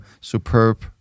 superb